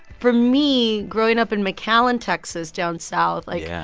for me, growing up in mcallen, texas, down south, like. yeah.